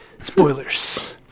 Spoilers